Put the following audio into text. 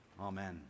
Amen